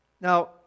Now